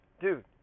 dude